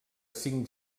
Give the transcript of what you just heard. cinc